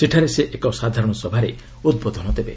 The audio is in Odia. ସେଠାରେ ସେ ଏକ ସାଧାରଣ ସଭାରେ ଉଦ୍ବୋଧନ ଦେବେ